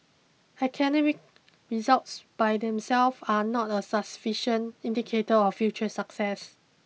academic results by themselves are not a sufficient indicator of future success